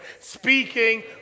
speaking